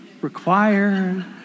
require